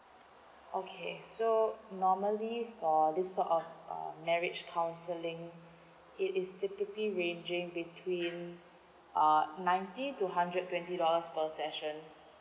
okay so normally for this sort of uh marriage counselling it is typically ranging between uh ninety to hundred twenty dollars per session